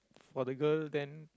for the girl then